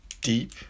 deep